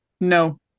no